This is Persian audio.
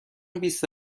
بیست